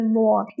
more